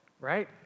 right